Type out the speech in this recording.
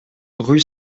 rue